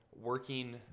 working